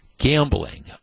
gambling